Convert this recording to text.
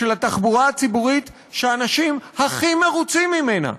של התחבורה הציבורית שאנשים הכי מרוצים ממנה,